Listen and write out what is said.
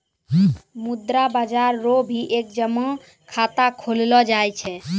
मुद्रा बाजार रो भी एक जमा खाता खोललो जाय छै